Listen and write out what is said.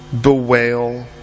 bewail